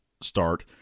start